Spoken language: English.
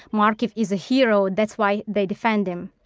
markiv is a hero that's why they defend him.